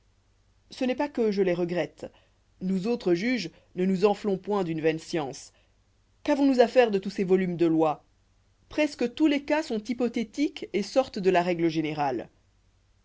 ce n'est pas que je les regrette nous autres juges ne nous enflons point d'une vaine science qu'avons-nous à faire de tous ces volumes de lois presque tous les cas sont hypothétiques et sortent de la règle générale